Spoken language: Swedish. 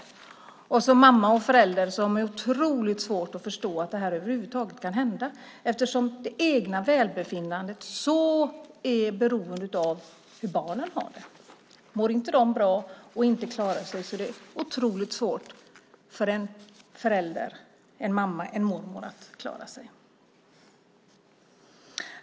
Som mamma och förälder har man otroligt svårt att förstå att det här över huvud taget kan hända eftersom det egna välbefinnande är så beroende av hur barnen har det. Mår de inte bra och inte klarar sig är det otroligt svårt för en förälder, en mamma, eller för en mormor att klara sig.